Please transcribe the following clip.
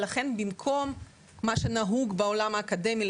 ולכן במקום מה שנהוג בעולם האקדמי,